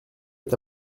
est